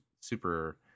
super